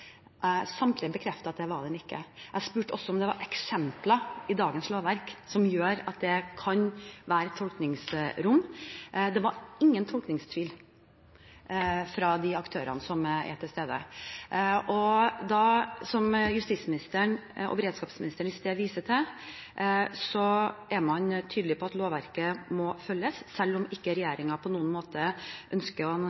Samtlige bekreftet at det var den ikke. Jeg spurte også om det var eksempler i dagens lovverk som gjør at det kan være tolkningsrom. Det var ingen tvil om tolkningen fra de aktørene som var til stede. Som justis- og beredskapsministeren viste til i sted, er man tydelig på at lovverket må følges. Selv om ikke